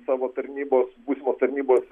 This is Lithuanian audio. savo tarnybos būsimos tarnybos